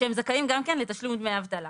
ושזכאים גם לתשלום דמי אבטלה.